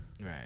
right